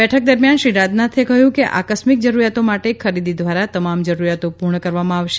બેઠક દરમિયાન શ્રી રાજનાથે કહ્યું કે આકસ્મિક જરૂરિયાતો માટે ખરીદી દ્વારા તમામ જરૂરીયાતો પૂર્ણ કરવામાં આવશે